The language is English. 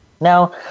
Now